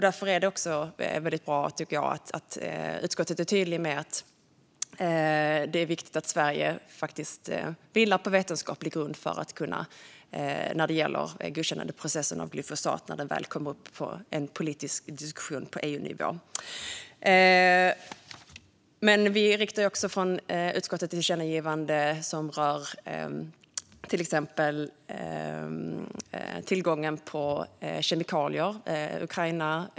Därför är det också väldigt bra att utskottet är tydligt med att det är viktigt att Sverige vilar på vetenskaplig grund när det gäller godkännandeprocessen för glyfosat när den väl kommer upp till politisk diskussion på EU-nivå. Vi föreslår också från utskottet ett tillkännagivande som rör till exempel tillgången på kemikalier.